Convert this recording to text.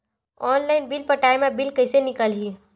Online bill पटाय मा bill कइसे निकलही?